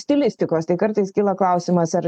stilistikos tai kartais kyla klausimas ar